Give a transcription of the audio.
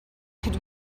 could